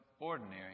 ordinary